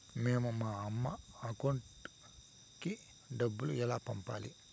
మేము మా అమ్మ అకౌంట్ కి డబ్బులు ఎలా పంపాలి